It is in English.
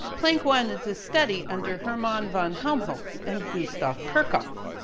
planck wanted to study under hermann von helmholtz and gustav kirchhoff.